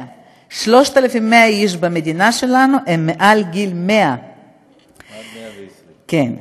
100. 3,100 איש במדינה שלנו הם מעל גיל 100. עד 120. כן.